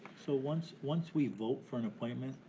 so once once we vote for an appointment,